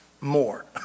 more